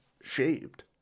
shaved